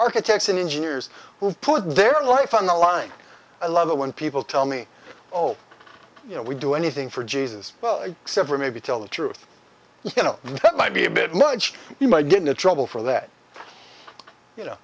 architects and engineers who put their life on the line i love it when people tell me oh you know we do anything for jesus except for maybe tell the truth you know that might be a bit much you might get into trouble for that you know